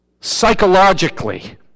Psychologically